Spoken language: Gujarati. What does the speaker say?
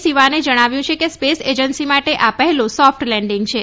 શિવાને જણાવ્યું છે કે સ્પેસ એજન્સી માટે આ પહેલું સોફ્ટ લેન્ડિંગ છે